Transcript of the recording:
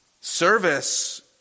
Service